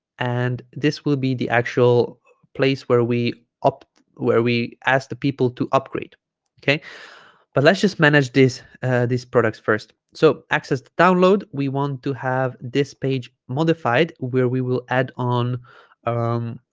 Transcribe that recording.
and this will be the actual place where we opt where we ask the people to upgrade okay but let's just manage this ah these products first so access download we want to have this page modified where we will add on um